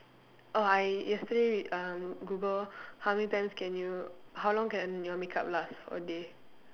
orh I yesterday um Google how many times can you how long can your makeup last for a day